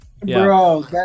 Bro